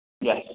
Yes